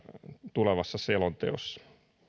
tulevassa selonteossa